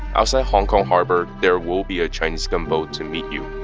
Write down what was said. outside hong kong harbor, there will be a chinese gunboat to meet you.